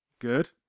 good